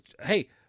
Hey